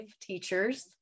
teachers